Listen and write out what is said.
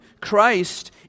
Christ